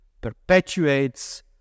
perpetuates